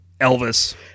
Elvis